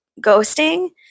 ghosting